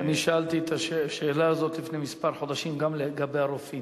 אני שאלתי את השאלה הזאת לפני כמה חודשים גם לגבי הרופאים.